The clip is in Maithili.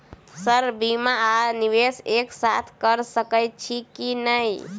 सर बीमा आ निवेश एक साथ करऽ सकै छी की न ई?